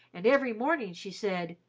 and every morning she said,